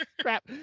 Crap